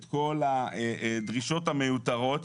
את כל הדרישות המיותרות,